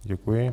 Děkuji.